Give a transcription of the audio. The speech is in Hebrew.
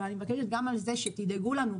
אבל אני מבקשת שגם לזה תדאגו לנו.